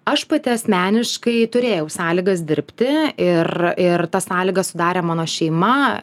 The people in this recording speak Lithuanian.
aš pati asmeniškai turėjau sąlygas dirbti ir ir tas sąlygas sudarė mano šeima